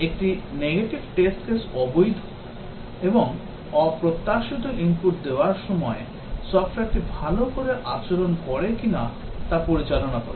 একটি negative test case অবৈধ এবং অপ্রত্যাশিত ইনপুট দেওয়ার সময় সফ্টওয়্যারটি ভাল আচরণ করে কিনা তা পরিচালনা করে